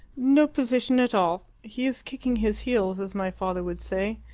no position at all. he is kicking his heels, as my father would say.